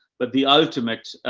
but the ultimate,